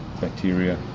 bacteria